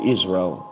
Israel